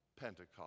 Pentecost